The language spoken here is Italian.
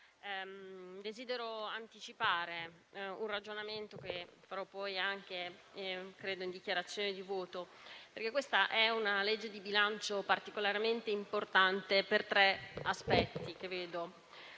desidero anticipare un ragionamento, che farò poi anche in dichiarazione di voto, perché questo disegno di legge di bilancio è particolarmente importante per tre aspetti: il